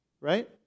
right